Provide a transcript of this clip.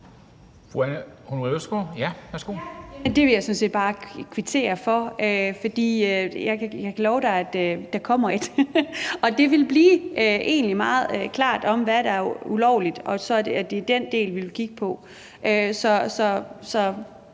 jeg sådan set bare kvittere for, og jeg kan love, at der kommer et. Og det vil fremgå meget klart, hvad der er ulovligt – det er den del, vi vil kigge på.